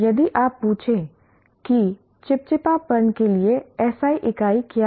यदि आप पूछें कि चिपचिपापन के लिए SI इकाई क्या है